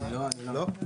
לא.